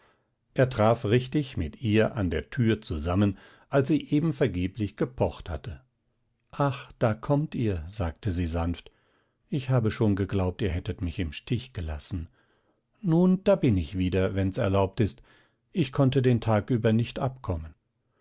er traf richtig mit ihr an der tür zusammen als sie eben vergeblich gepocht hatte ach da kommt ihr sagte sie sanft ich habe schon geglaubt ihr hättet mich im stich gelassen nun da bin ich wieder wenn's erlaubt ist ich konnte den tag über nicht abkommen